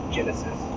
Genesis